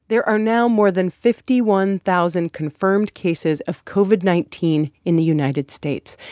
there are now more than fifty one thousand confirmed cases of covid nineteen in the united states.